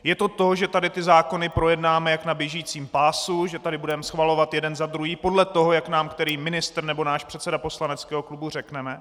Je to to, že tady ty zákony projednáme jak na běžícím pásu, že tady budeme schvalovat jeden za druhým podle toho, jak nám který ministr nebo náš předseda poslaneckého klubu řekne?